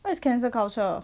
what's cancel culture